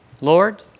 Lord